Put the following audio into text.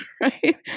right